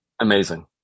amazing